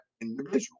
individual